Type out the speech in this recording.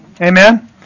Amen